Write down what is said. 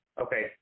okay